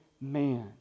man